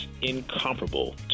incomparable